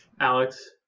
alex